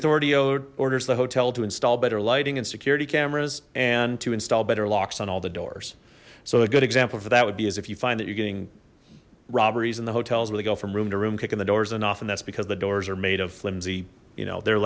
authority owed orders the hotel to install better lighting and security cameras and to install better locks on all the doors so a good example for that would be as if you find that you're getting robberies in the hotels where they go from room to room kicking the doors enough and that's because the doors are made of flimsy you know they're